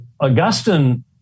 Augustine